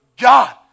God